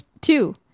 Two